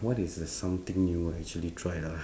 what is the something you will actually tried ah